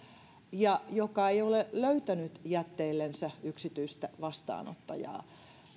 ja joka ei ole löytänyt jätteillensä yksityistä vastaanottajaa